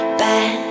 bad